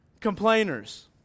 complainers